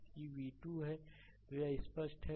तो यह स्पष्ट है